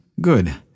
Good